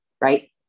right